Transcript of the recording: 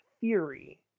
theory